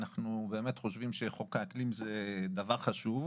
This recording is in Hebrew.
אנחנו באמת חושבים שחוק האקלים זה דבר חשוב,